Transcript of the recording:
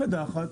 קדחת.